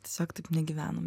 tiesiog taip negyvenam